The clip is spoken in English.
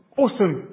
awesome